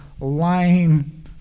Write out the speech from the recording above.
lying